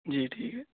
جی ٹھیک ہے